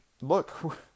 look